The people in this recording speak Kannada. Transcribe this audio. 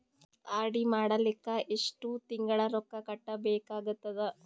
ಆರ್.ಡಿ ಮಾಡಲಿಕ್ಕ ಎಷ್ಟು ತಿಂಗಳ ರೊಕ್ಕ ಕಟ್ಟಬೇಕಾಗತದ?